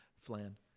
Flan